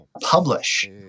publish